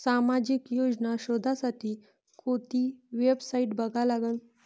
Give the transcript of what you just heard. सामाजिक योजना शोधासाठी कोंती वेबसाईट बघा लागन?